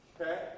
okay